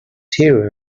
tea